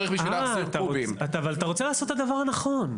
בשביל להחזיר --- אבל אתה רוצה לעשות את הדבר הנכון.